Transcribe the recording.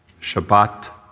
Shabbat